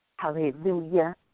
Hallelujah